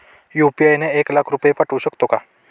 UPI ने एक लाख रुपये पाठवू शकतो का?